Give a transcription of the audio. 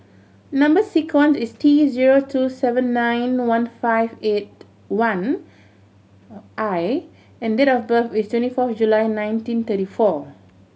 number sequence is T zero two seven nine one five eight one I and date of birth is twenty four July nineteen thirty four